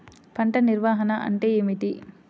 పంట నిర్వాహణ అంటే ఏమిటి?